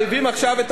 הממשלה?